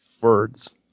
Words